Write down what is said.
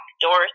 doors